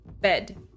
bed